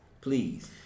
please